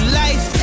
life